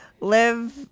live